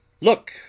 look